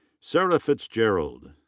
sara fitzgerald.